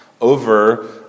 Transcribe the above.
over